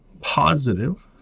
positive